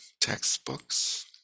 textbooks